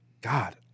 God